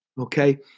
okay